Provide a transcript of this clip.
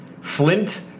Flint